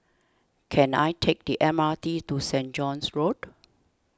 can I take the M R T to Saint John's Road